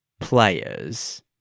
players